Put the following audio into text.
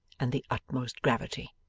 and the utmost gravity.